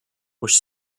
which